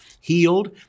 healed